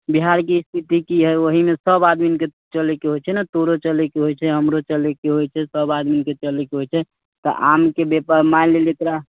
बिहारके स्थिति की हइ ओहीमे सभ आदमीके चलयके होइत छै ने तोरो चलयके होइत छौ हमरो चलयके होइत छै सभ आदमीके चलयके होइत छै तऽ आमके व्यापार मानि लेलियै तोरा